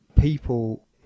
people